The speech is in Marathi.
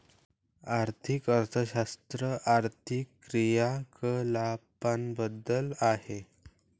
आर्थिक अर्थशास्त्र आर्थिक क्रियाकलापांबद्दल आहे